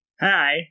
Hi